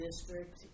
district